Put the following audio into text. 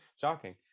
Shocking